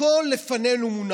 הכול מונח לפנינו.